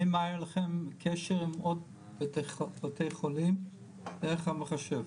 האם היה לכם קשר עם עוד בתי חולים דרך המחשב?